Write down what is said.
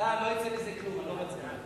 סתם לא יצא מזה כלום, אני לא מצביע.